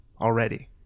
already